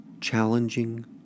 challenging